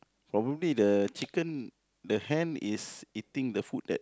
probably the chicken the hand iseating the food that